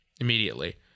immediately